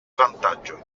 vantaggio